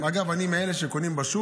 אגב, אני מאלה שקונים בשוק.